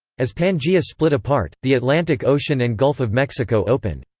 as pangea split apart, the atlantic ocean and gulf of mexico opened.